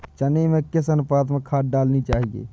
चने में किस अनुपात में खाद डालनी चाहिए?